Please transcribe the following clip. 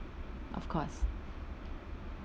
of course